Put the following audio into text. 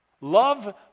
Love